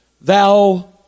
thou